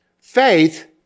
faith